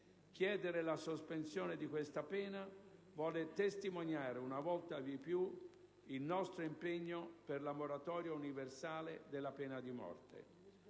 Chiedere la sospensione di questa pena vuole testimoniare una volta di più il nostro impegno per la moratoria universale della pena di monte.